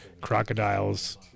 crocodiles